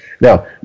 Now